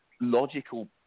logical